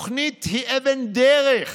תוכנית היא אבן דרך